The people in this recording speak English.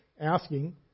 asking